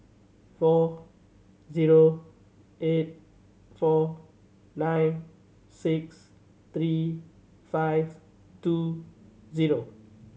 four zero eight four nine six three five two zero